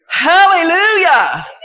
Hallelujah